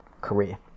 career